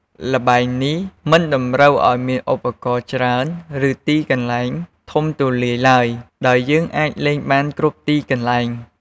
ល្បែងនេះមិនតម្រូវឱ្យមានឧបករណ៍ច្រើន ឬទីកន្លែងធំទូលាយឡើយ ដោយយើងអាចលេងបានគ្រប់ទីកន្លែង។